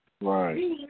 Right